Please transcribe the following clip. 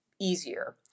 easier